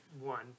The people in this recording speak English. one